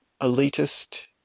elitist